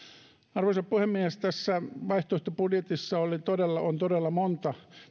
arvoisa puhemies tässä vaihtoehtobudjetissa on todella monta